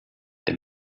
der